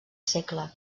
segle